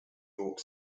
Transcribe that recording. york